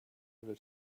over